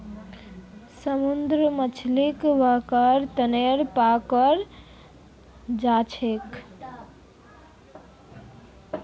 समुंदरी मछलीक खाबार तनौ पकड़ाल जाछेक